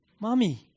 mommy